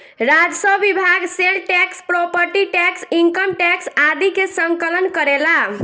राजस्व विभाग sale tax property tax income tax आदि के संकलन करेला